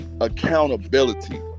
accountability